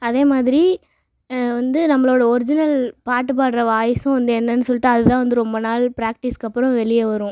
அதே மாதிரி வந்து நம்மளோட ஒரிஜினல் பாட்டுப்பாடுற வாய்ஸ்சும் வந்து என்னென்னு சொல்லிட்டு அதுதான் வந்து ரொம்ப நாள் பிராக்டீஸ் அப்புறம் வெளிய வரும்